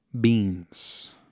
beans